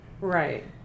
Right